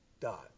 dot